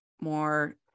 more